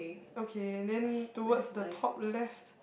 okay then towards the top left